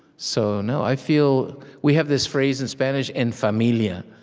so no, i feel we have this phrase in spanish, en familia.